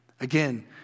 Again